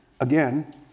again